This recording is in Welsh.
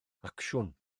acsiwn